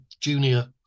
junior